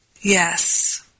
Yes